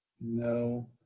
No